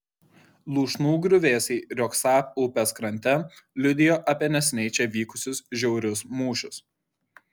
lūšnų griuvėsiai riogsą upės krante liudijo apie neseniai čia vykusius žiaurius mūšius